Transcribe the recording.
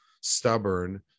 stubborn